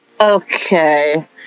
Okay